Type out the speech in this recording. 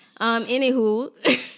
Anywho